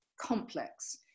complex